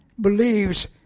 believes